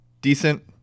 decent